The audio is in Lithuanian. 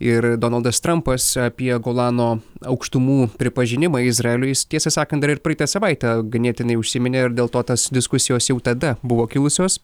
ir donaldas trampas apie golano aukštumų pripažinimą izraeliui jis tiesą sakant dar ir praeitą savaitę ganėtinai užsiminė ir dėl to tas diskusijos jau tada buvo kilusios